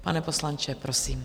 Pane poslanče, prosím.